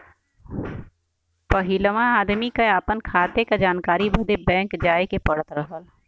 पहिलवा आदमी के आपन खाते क जानकारी बदे बैंक जाए क पड़त रहल